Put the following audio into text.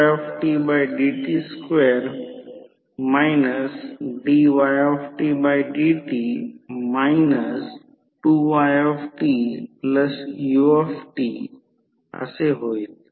येथे E1 2400 दिले आहे कारण ते बॅलन्स आयडियल केस असणे आवश्यक आहे कारण ते बॅलन्स असणे आवश्यक आहे म्हणून ते 2400V आहे येथे देखील ते 2400V दर्शवित आहे